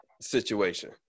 situation